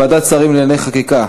ועדת שרים לענייני חקיקה),